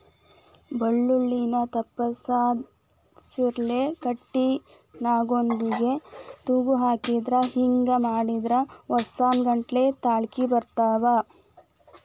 ಬಳ್ಳೋಳ್ಳಿನ ತಪ್ಲದರ್ಸಿಲೆ ಕಟ್ಟಿ ನಾಗೊಂದಿಗೆ ತೂಗಹಾಕತಾರ ಹಿಂಗ ಮಾಡಿದ್ರ ವರ್ಸಾನಗಟ್ಲೆ ತಾಳ್ಕಿ ಬರ್ತಾವ